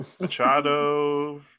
Machado